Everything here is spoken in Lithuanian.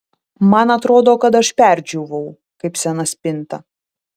man atrodo kad aš perdžiūvau kaip sena spinta